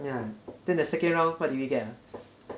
yeah then the second round what did we get ah